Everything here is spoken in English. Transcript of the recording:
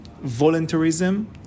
voluntarism